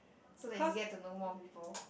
so that you get to know more people